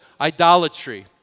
idolatry